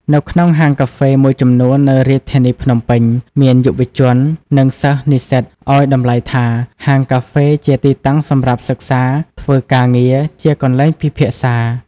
នៅក្នុងហាងកាហ្វេមួយចំនួន នៅរាជធានីភ្នំពេញ មានយុវជន និងសិស្ស-និស្សិតឱ្យតំលៃថា ហាងកាហ្វេជាទីតាំងសម្រាប់សិក្សា ធ្វើការងារជាកន្លែងពិភាក្សា។